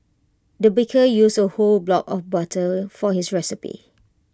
the baker used A whole block of butter for his recipe